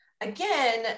Again